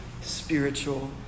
spiritual